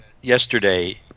yesterday